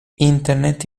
internet